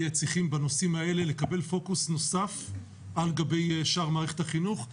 צריכים בנושאים האלה לקבל פוקוס נוסף על גבי שאר מערכת החינוך.